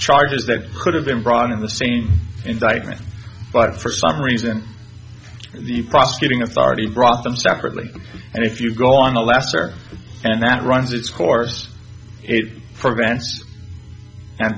charges that could have been brought in the same indictment but for some reason the prosecuting authority brought them separately and if you go on a lesser and that runs its course